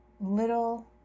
little